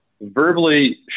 verbally